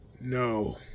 No